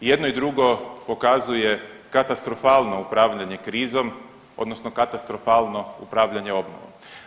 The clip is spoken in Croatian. I jedno i drugo pokazuje katastrofalno upravljanje krizom odnosno katastrofalno upravljanje obnovom.